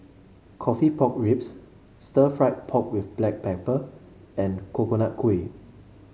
coffee Pork Ribs Stir Fried Pork with Black Pepper and Coconut Kuih